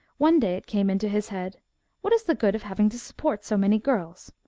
one day it came into his head what is the good of having to support so many girls?